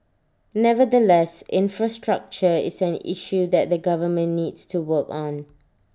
nevertheless infrastructure is an issue that the government needs to work on